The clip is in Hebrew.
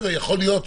ייתכן.